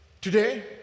Today